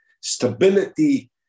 stability